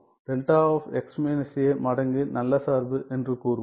δx − a மடங்கு நல்ல சார்பு என்று கூறுவோம்